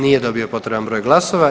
Nije dobio potreban broj glasova.